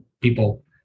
people